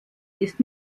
ist